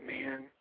Man